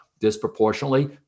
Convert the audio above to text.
Disproportionately